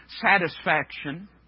satisfaction